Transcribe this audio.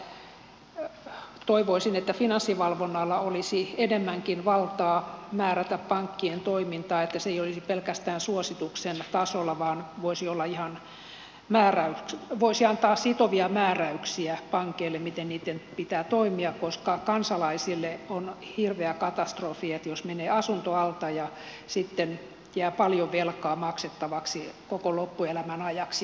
mutta toivoisin että finanssivalvonnalla olisi enemmänkin valtaa määrätä pankkien toimintaa ja että se ei olisi pelkästään suosituksen tasolla vaan finanssivalvonta voisi antaa sitovia määräyksiä pankeille siitä miten niitten pitää toimia koska kansalaiselle on hirveä katastrofi jos menee asunto alta ja sitten jää paljon velkaa maksettavaksi koko loppuelämän ajaksi